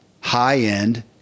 high-end